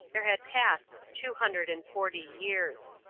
there had passed two hundred and forty years.